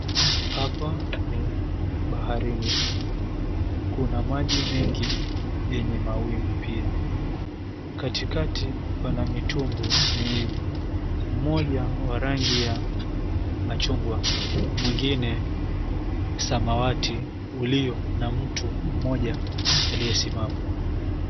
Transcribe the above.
Hapa ni baharini, kuna maji mengi yenye mawimbi pia. Katikati pana mitumbwi miwili, mmoja wa rangi ya machungwa, mwingine samawati ulio na mtu mmoja aliyesimama.